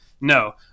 No